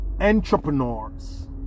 entrepreneurs